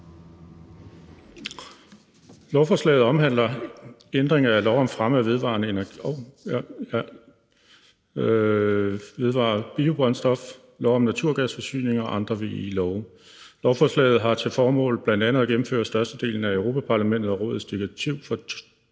Lovforslaget omhandler ændring af lov om fremme af vedvarende energi, biobrændstofloven, lov om naturgasforsyning og andre VE-love. Lovforslaget har til formål bl.a. at gennemføre størstedelen af Europa-Parlamentets og Rådets direktiv fra